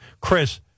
Chris